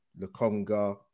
Lukonga